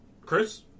Chris